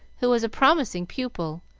who was a promising pupil,